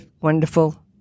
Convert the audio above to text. wonderful